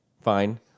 Fine